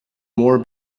more